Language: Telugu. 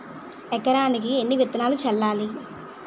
ఎకరానికి ఎన్ని విత్తనాలు చల్లాలి?